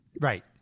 Right